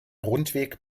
rundweg